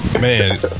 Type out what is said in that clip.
man